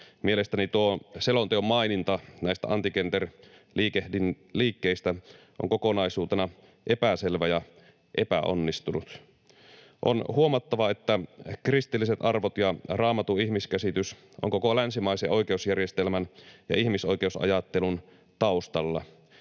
Mielestäni tuo selonteon maininta näistä anti-gender-liikkeistä on kokonaisuutena epäselvä ja epäonnistunut. On huomattava, että kristilliset arvot ja Raamatun ihmiskäsitys ovat koko länsimaisen oikeusjärjestelmän ja ihmisoikeusajattelun taustalla.